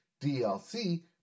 DLC